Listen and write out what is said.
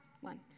one